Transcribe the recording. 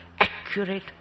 accurate